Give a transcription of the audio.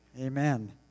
Amen